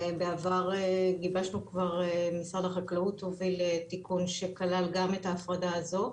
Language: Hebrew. ובעבר גיבשנו כבר ומשרד החקלאות הוביל תיקון שכלל גם את ההפרדה הזו,